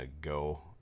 go